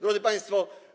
Drodzy Państwo!